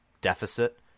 deficit